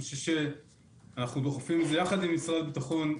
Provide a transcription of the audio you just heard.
אני חושב שאנחנו דוחפים את זה יחד עם משרד הביטחון.